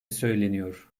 söyleniyor